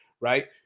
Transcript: right